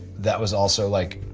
that was also, like